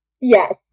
Yes